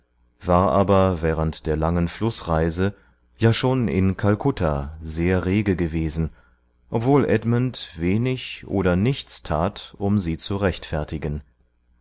war aber während der langen flußreise ja schon in kalkutta sehr rege gewesen obwohl edmund wenig oder nichts tat um sie zu rechtfertigen